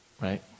right